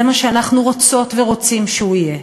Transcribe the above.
זה מה שאנחנו רוצות ורוצים שהוא יהיה,